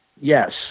Yes